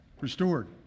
Restored